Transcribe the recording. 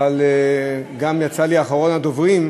אבל גם יצא לי להיות אחרון הדוברים,